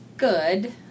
Good